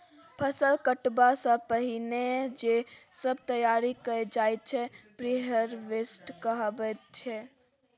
फसल कटबा सँ पहिने जे सब तैयारी कएल जाइत छै प्रिहारवेस्ट कहाबै छै